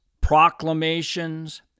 proclamations